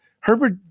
herbert